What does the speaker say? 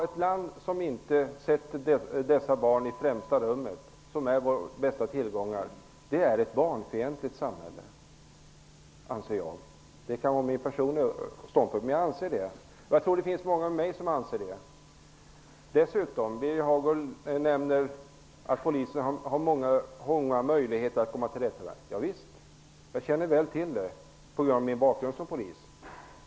Ett land som inte sätter barnen i främsta rummet är ett barnfientligt samhälle, anser jag. Det må vara min personliga ståndpunkt. Jag tror att det finns många med mig som anser det. Birger Hagård nämner att polisen har många möjligheter att komma åt detta problem. Ja visst, jag känner väl till det på grund av min bakgrund som polis.